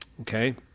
Okay